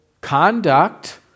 conduct